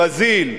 ברזיל,